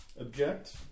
object